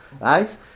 right